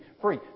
free